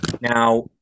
Now